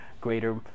greater